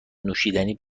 نوشیدنی